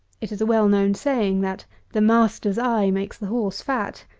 it is a well-known saying that the master's eye makes the horse fat,